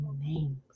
names